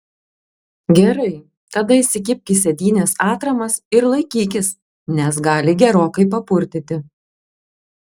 gerai tada įsikibk į sėdynes atramas ir laikykis nes gali gerokai papurtyti